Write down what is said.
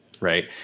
right